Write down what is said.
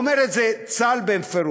אומר את זה צה"ל בפירוש.